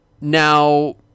now